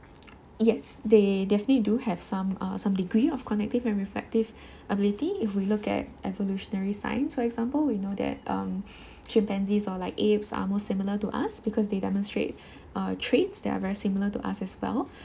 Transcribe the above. yes they definitely do have some uh some degree of cognitive and reflective ability if we look at evolutionary science for example we know that um chimpanzees or like apes are more similar to us because they demonstrate uh traits that are very similar to us as well